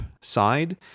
side